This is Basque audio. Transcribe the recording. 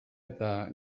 eta